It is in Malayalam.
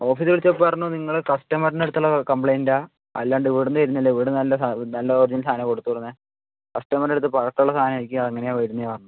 ഓഫീസിൽ വിളിച്ചപ്പോള് പറഞ്ഞു നിങ്ങള് കസ്റ്റമറിൻ്റെയടുത്തുള്ള കംപ്ലൈൻ്റാണെന്ന് അല്ലാതെ ഇവിടെനിന്ന് വരുന്നതല്ല ഇവിടെ നിന്ന് നല്ല സാധനം നല്ല ഒർജിനൽ സാധനമാണ് കൊടുത്തുവിടുന്നത് കസ്റ്റമറിൻ്റെയടുത്ത് പഴക്കമുള്ള സാധനമായിരിക്കും അങ്ങനയാണ് വരുന്നതെന്ന് പറഞ്ഞു